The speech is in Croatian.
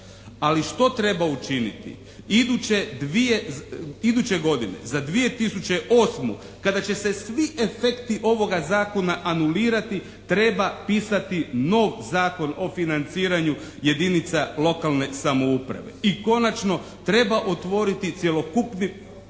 Ali što treba učiniti? Iduće dvije, iduće godine za 2008. kada će se svi efekti ovoga Zakona anulirati treba pisati nov Zakon o financiranju jedinica lokalne samouprave. I konačno treba otvoriti cjelokupni